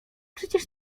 przecież